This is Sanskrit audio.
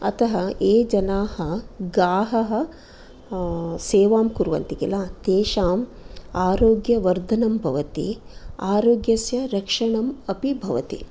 अतः ये जनाः गाहः सेवां कुर्वन्ति खिल तेषाम् आरोग्यवर्धनं भवति आरोग्यस्य रक्षणम् अपि भवति